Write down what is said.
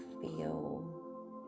feel